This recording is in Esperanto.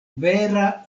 vera